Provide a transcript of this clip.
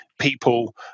people